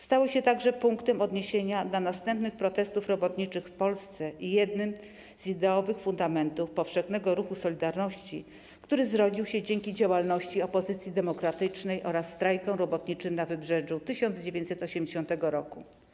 Stało się także punktem odniesienia dla następnych protestów robotniczych w Polsce i jednym z ideowych fundamentów powszechnego ruchu 'Solidarności', który zrodził się dzięki działalności opozycji demokratycznej oraz strajkom robotniczym na Wybrzeżu w 1980 roku.